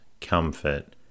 comfort